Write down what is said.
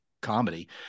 comedy